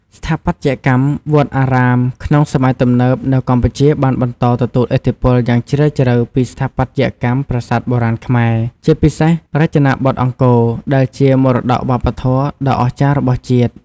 ស្ថាបត្យកម្មវត្តអារាមក្នុងសម័យទំនើបនៅកម្ពុជាបានបន្តទទួលឥទ្ធិពលយ៉ាងជ្រាលជ្រៅពីស្ថាបត្យកម្មប្រាសាទបុរាណខ្មែរ ជាពិសេសរចនាបថអង្គរ ដែលជាមរតកវប្បធម៌ដ៏អស្ចារ្យរបស់ជាតិ។